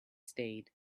stayed